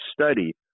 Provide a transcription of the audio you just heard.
study